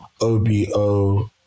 O-B-O